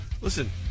Listen